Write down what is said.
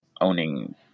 owning